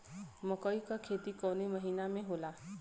मकई क खेती कवने महीना में होला?